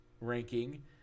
ranking